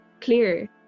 clear